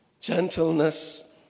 Gentleness